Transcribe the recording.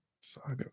Saga